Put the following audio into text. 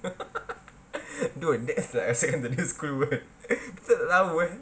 dude that's like a secondary school word kita tak tahu eh